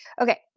Okay